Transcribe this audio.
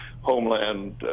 Homeland